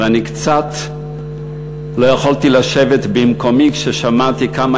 ואני לא יכולתי לשבת במקומי כששמעתי כמה